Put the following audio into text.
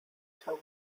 told